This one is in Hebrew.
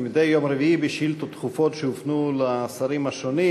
יום רביעי בשאילתות דחופות שהופנו לשרים השונים.